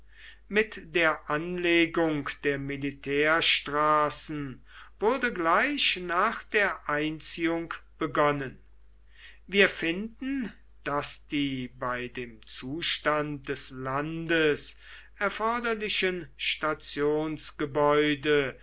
mit der anlegung der militärstraßen wurde gleich nach der einziehung begonnen wir finden daß die bei dem zustand des landes erforderlichen stationsgebäude